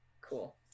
cool